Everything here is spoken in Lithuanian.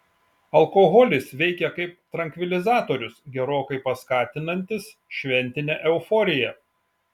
alkoholis veikia kaip trankvilizatorius gerokai paskatinantis šventinę euforiją